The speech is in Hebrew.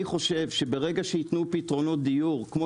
אני חושב שברגע שייתנו פתרונות דיור כמו